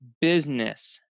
business